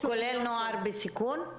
כולל נוער בסיכון?